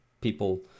people